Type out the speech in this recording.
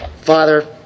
Father